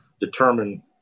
determine